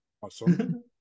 Awesome